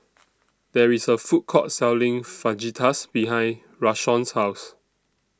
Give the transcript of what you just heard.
There IS A Food Court Selling Fajitas behind Rashawn's House